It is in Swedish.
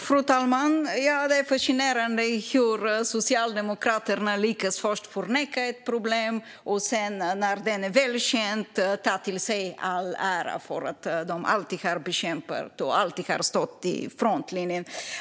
Fru talman! Det är fascinerande hur Socialdemokraterna lyckas först förneka ett problem och sedan när problemet väl är känt ta all ära för att de alltid har stått i frontlinjen och bekämpat problemet.